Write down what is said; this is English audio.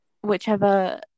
Whichever